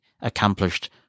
accomplished